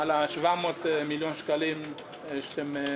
על ה-700 מיליון שקלים שמתכננים.